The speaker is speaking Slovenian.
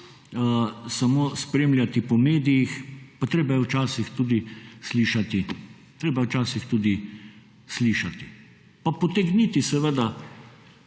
samo spremljati po medijih, pa treba je včasih tudi slišati, treba